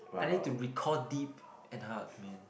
I need to recall deep and hard man